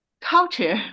culture